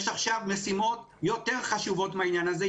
יש עכשיו משימות יותר חשובות מהעניין הזה,